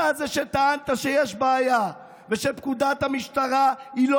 אתה זה שטענת שיש בעיה ושפקודת המשטרה היא לא